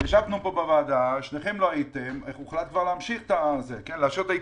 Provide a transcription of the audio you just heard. ישבנו פה בוועדה שניכם לא הייתם והוחלט כבר לאשר את האיכונים.